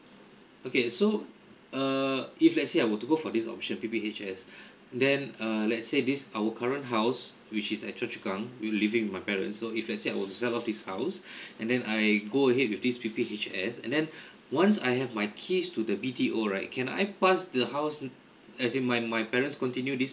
okay so err if let's say I were to go for this option P_P_H_S then uh let's say this our current house which is at choa chu kang we living with my parents so if let's say I were to sell off this house and then I go ahead with this P_P_H_S and then once I have my keys to the B_T_O right can I pass the house as in my my parents continue this